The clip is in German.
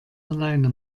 alleine